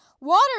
Water